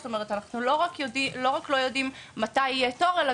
זאת אומרת אנחנו לא רק לא יודעים מתי יהיה תור אלא